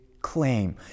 claim